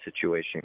situation